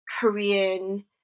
Korean